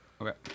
Okay